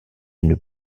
une